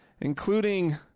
Including